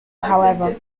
however